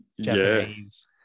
Japanese